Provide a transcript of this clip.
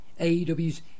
AEW's